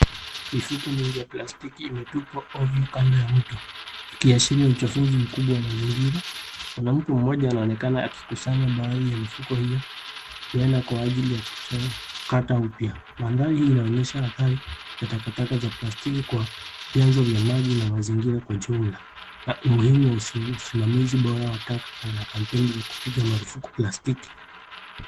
Mifuko mengi ya plastiki imetupwa ovyo kando ya mto ikiashiria uchafuzi mkubwa wa mazingira. Mwanamke mmoja anaonekana akikusanya baadhi ya mifuko hiyo huenda kwa ajili ya kuchakata upya. Mandhari hii inaonyesha athari ya takataka za plastiki kwa vyanzo vya maji na mazingira kwa jumla na umuhimu wa usimamizi bora wa taka na kampeni za kupiga marufuku plastiki.